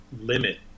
limit